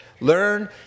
Learn